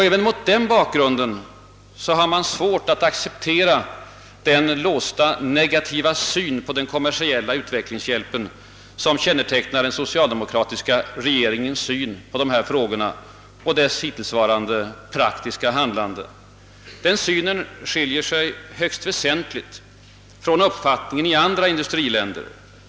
Även mot denna bakgrund har man svårt att acceptera den låsta, negativa syn på den kommersiella utvecklingshjälpen som kännetecknar den socialdemokratiska regeringens inställning till dessa frågor liksom dess 'hittillsvarande praktiska handlande. Denna syn skiljer sig högst väsentligt från uppfattningen i andra industriländer.